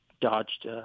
dodged